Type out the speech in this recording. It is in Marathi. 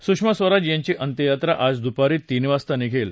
सुषमा स्वराज यांची अंत्ययात्रा आज दुपारी तीन वाजता निघेल